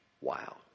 Wow